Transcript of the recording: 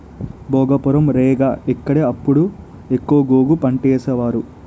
భోగాపురం, రేగ ఇక్కడే అప్పుడు ఎక్కువ గోగు పంటేసేవారు